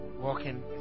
walking